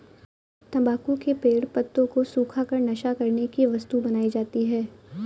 तम्बाकू के पेड़ पत्तों को सुखा कर नशा करने की वस्तु बनाई जाती है